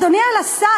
אדוני השר,